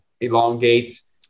elongates